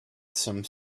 some